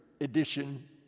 edition